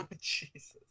jesus